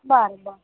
બરાબર